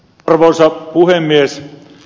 arvoisa puhemies